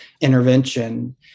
intervention